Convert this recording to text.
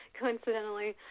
coincidentally